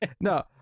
No